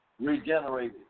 regenerated